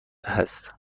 هست